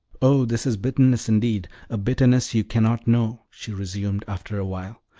oh, this is bitterness indeed a bitterness you cannot know, she resumed after a while.